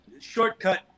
Shortcut